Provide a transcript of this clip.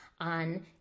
on